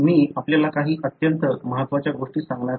मी आपल्याला काही अत्यंत महत्वाच्या गोष्टी सांगणार आहे